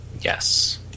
yes